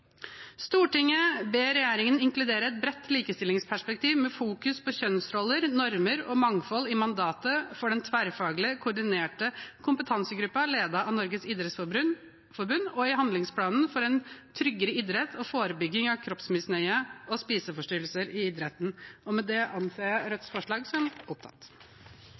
ber regjeringen inkludere et bredt likestillingsperspektiv med fokus på kjønnsroller, normer og mangfold i mandatet for den tverrfaglige, koordinerende kompetansegruppen ledet av Norges idrettsforbund og i handlingsplanen for en tryggere idrett og forebygging av kroppsmisnøye og spiseforstyrrelser i idretten.» Med det anser jeg Rødts forslag som